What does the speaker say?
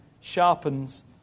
sharpens